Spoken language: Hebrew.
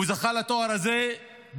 והוא זכה לתואר הזה בזכות,